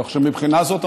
כך שמבחינה זו,